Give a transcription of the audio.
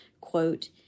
Quote